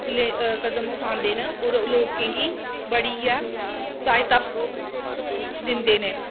कदम उठांदे न होर लोकें गी बड़ी गै सहायता दिंदे न